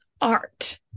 art